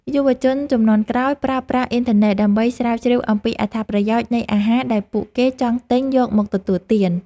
យុវជនជំនាន់ក្រោយប្រើប្រាស់អ៊ីនធឺណិត ដើម្បីស្រាវជ្រាវអំពីអត្ថប្រយោជន៍នៃអាហារដែលពួកគេចង់ទិញយកមកទទួលទាន។